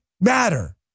matter